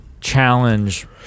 challenge